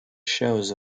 shows